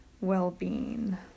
well-being